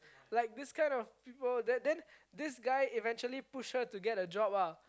like this kind of people then then this guy eventually push her to get a job ah